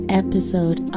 episode